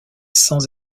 sans